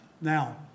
Now